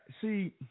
see